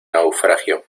naufragio